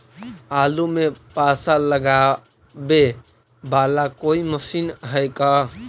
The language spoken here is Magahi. आलू मे पासा लगाबे बाला कोइ मशीन है का?